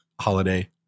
holiday